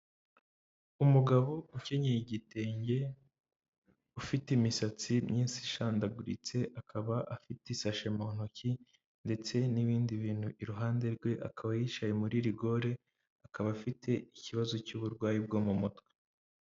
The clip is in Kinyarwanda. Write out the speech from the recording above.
Umugabo ukenyeye igitenge ufite imisatsi myinshi ishandaguritse, akaba afite ishashi mu ntoki ndetse n'ibindi bintu iruhande rwe, akaba yicaye muri rigori, akaba afite ikibazo cy'uburwayi bwo mu mutwe.